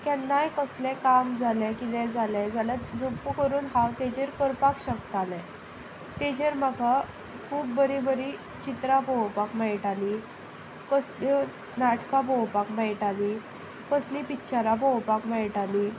केन्नाय कसलें काम जालें कितेंय जालें जाल्यार झुप्प करून हांव ताचेर करपाक शकतालें ताचेर म्हाका खूब बरीं बरीं चित्रां पळोवपाक मेळटालीं कसल्यो नाटकां पळोवपाक मेळटालीं कसलीं पिक्चरां पळोवपाक मेळटालीं